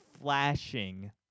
flashing